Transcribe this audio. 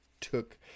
took